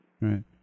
Right